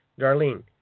Darlene